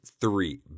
three